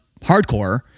hardcore